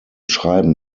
schreiben